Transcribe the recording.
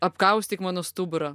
apkaustyk mano stuburą